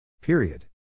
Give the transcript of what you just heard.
Period